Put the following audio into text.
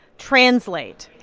translate.